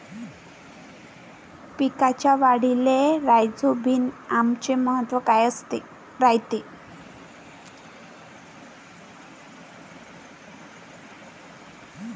पिकाच्या वाढीले राईझोबीआमचे महत्व काय रायते?